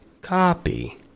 copy